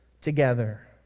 together